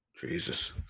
Jesus